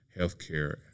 healthcare